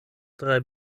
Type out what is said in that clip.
drei